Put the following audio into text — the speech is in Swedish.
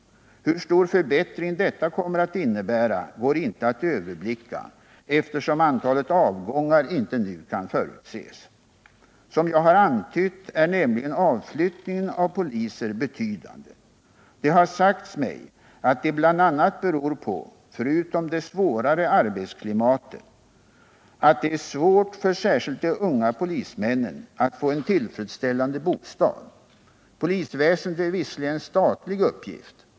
Hur stor förbättring detta kommer att innebära går inte att överblicka eftersom antalet avgångar inte nu kan förutses. Som jag har antytt är nämligen avflyttningen av poliser betydande. Det har sagts mig att det bl.a. beror på, förutom det svårare arbetsklimatet, att det är svårt för särskilt de unga polismännen att få en tillfredsställande bostad. Polisväsendet är visserligen en statlig uppgift.